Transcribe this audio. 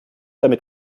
damit